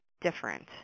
different